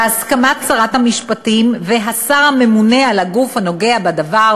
בהסכמת שרת המשפטים והשר הממונה על הגוף הנוגע בדבר,